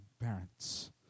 parents